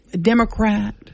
Democrat